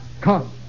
come